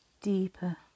deeper